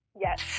Yes